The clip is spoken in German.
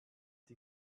die